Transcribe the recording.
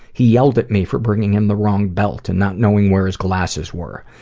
he yelled at me for bringing him the wrong belt and not knowing where his glasses were.